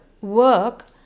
work